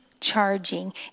charging